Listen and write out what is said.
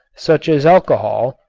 such as alcohol,